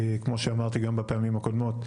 כמו שאמרתי גם בפעמים הקודמות,